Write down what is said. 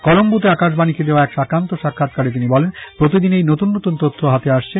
কলম্বোতে আকাশবাণীকে দেওয়া এক একান্ত সাক্ষাৎকারে তিনি বলেন প্রতি দিনেই নতুন নতুন তথ্য হাতে আসছে